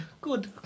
Good